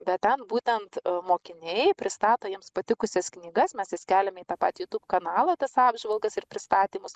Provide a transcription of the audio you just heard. bet ten būtent mokiniai pristato jiems patikusias knygas mes jas keliame į tą patį kanalą tas apžvalgas ir pristatymus